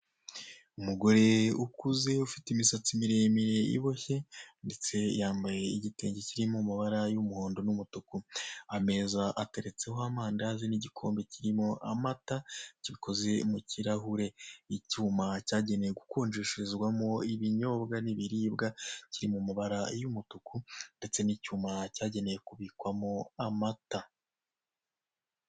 Umugore ukuze ufite imisatsi miremire iboshye, ndetse yambaye igitenge kirimo amabara y'umuhondo n'umutuku. Ameza ateretseho amandazi n'igikombe kirimo amata, gikoze mu kirahure. Icyuma cyagenewe gukonjesherezwamo ibinyobwa n'ibiribwa kiri mu mabara y'umutuku. Ndetse n'icyuma cyagenewe kubikwamo amata.